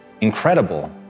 incredible